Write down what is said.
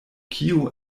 kio